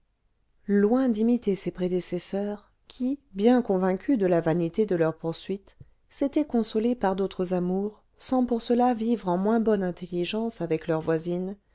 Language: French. loin d'imiter ses prédécesseurs qui bien convaincus de la vanité de leurs poursuites s'étaient consolés par d'autres amours sans pour cela vivre en moins bonne intelligence avec leur voisine